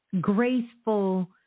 graceful